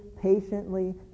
patiently